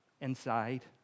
inside